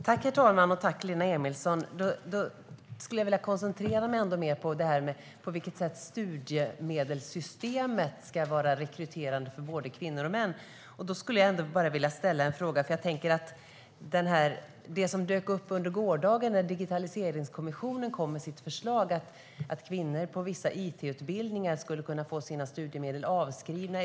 Herr talman! Tack, Lena Emilsson! Jag skulle vilja koncentrera mig på vilket sätt studiemedelssystemet ska vara rekryterande för både kvinnor och män. Jag vill ställa en fråga. Under gårdagen kom Digitaliseringskommissionen med sitt förslag att kvinnor på vissa it-utbildningar skulle kunna få sina studiemedel avskrivna.